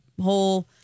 whole